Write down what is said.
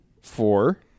Four